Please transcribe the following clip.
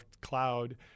cloud